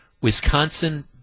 Wisconsin